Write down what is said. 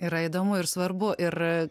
yra įdomu ir svarbu ir